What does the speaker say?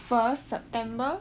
first september